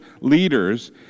leaders